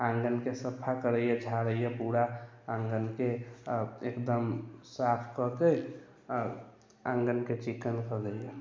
आँगनके सफा करैए झाड़ैए पूरा आँगनके आब एकदम साफ कऽके आँगनके चिक्कन करैए